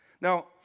Now